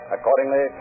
Accordingly